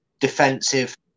defensive